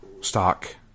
stock